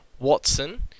Watson